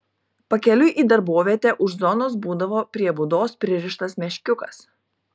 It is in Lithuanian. pakeliui į darbovietę už zonos būdavo prie būdos pririštas meškiukas